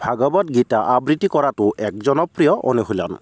ভাগৱত গীতা আবৃত্তি কৰাটোও এক জনপ্ৰিয় অনুশীলন